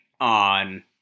on